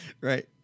Right